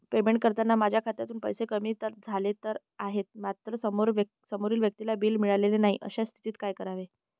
Payment करताना माझ्या खात्यातून पैसे कमी तर झाले आहेत मात्र समोरील व्यक्तीला बिल मिळालेले नाही, अशा स्थितीत काय करावे?